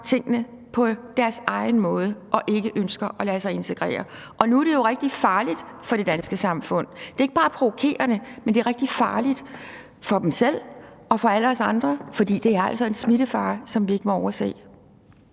tingene på deres egen måde og ikke ønsker at lade sig integrere. Og nu er det jo rigtig farligt for det danske samfund. Det er ikke bare provokerende, men det er rigtig farligt for dem selv og for alle os andre, fordi der er altså tale om en smittefare, som vi ikke må overse.